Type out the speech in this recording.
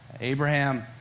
Abraham